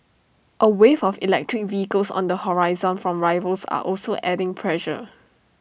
A wave of electric vehicles on the horizon from rivals are also adding pressure